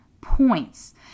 points